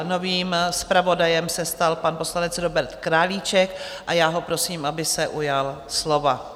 Novým zpravodajem se stal pan poslanec Robert Králíček a já ho prosím, aby se ujal slova.